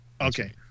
Okay